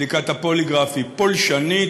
בדיקת הפוליגרף היא פולשנית,